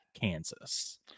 Kansas